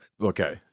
Okay